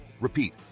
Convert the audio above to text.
repeat